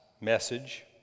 message